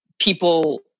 people